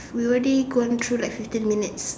we already gone through like fifteen minutes